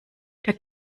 der